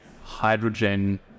hydrogen